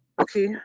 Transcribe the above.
Okay